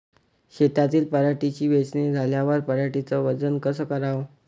शेतातील पराटीची वेचनी झाल्यावर पराटीचं वजन कस कराव?